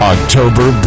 October